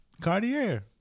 Cartier